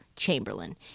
Chamberlain